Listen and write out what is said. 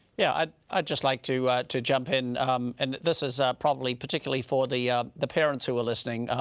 yeah, i'd ah just like to to jump in and this is probably particularly for the ah the parents who are listening,